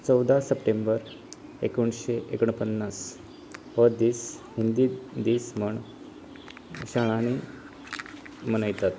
चवदा सप्टेंबर एकोणशें एकोणपन्नास हो दीस हिंदी दीस म्हण शाळांनी मनयतात